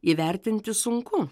įvertinti sunku